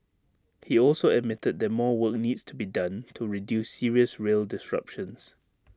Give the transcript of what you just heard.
he also admitted that more work needs to be done to reduce serious rail disruptions